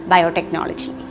Biotechnology